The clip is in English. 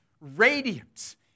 radiant